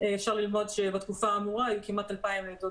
אפשר ללמוד שבתקופה האמורה היו כמעט 2,000 לידות